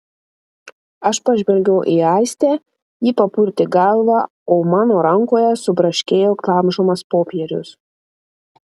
aš pažvelgiau į aistę ji papurtė galvą o mano rankoje subraškėjo glamžomas popierius